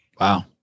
Wow